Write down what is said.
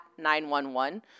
911